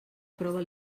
aprova